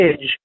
edge